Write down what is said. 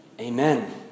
Amen